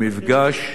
למפגש,